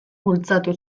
bultzatu